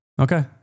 Okay